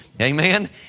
Amen